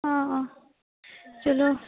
ਹਾਂ ਚੱਲੋ